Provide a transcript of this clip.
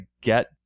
get